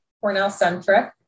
Cornell-centric